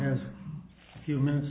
as humans